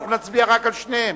אנחנו נצביע רק על שתיהן.